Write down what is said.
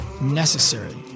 necessary